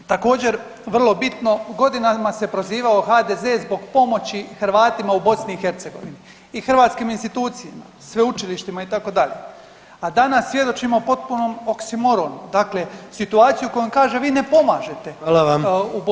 Također, vrlo bitno godinama se prozivao HDZ zbog pomoći Hrvatima u BiH i hrvatskim institucijama, sveučilištima itd., a danas svjedočimo potpunom oksimoronu, dakle situaciji u kojom kaže vi ne pomažete [[Upadica: Hvala vam.]] u BiH.